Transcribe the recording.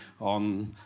on